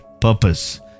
purpose